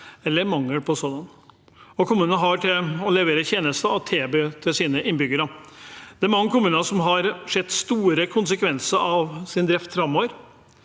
eller mangelen på sådant. Kommunene skal levere tjenester og tilby det til sine innbyggere. Det er mange kommuner som har sett store konsekvenser for sin drift framover.